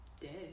dead